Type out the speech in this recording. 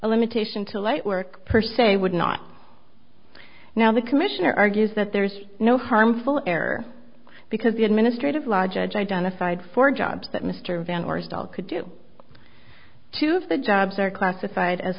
a limitation to light work per se would not now the commissioner argues that there's no harmful error because the administrative law judge identified for jobs that mr van arsdale could do two of the jobs are classified as